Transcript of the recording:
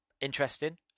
interesting